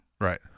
Right